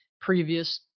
previous